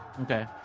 Okay